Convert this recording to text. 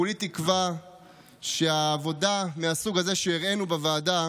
כולי תקווה שהעבודה מהסוג הזה שהראינו בוועדה